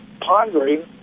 pondering